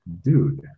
dude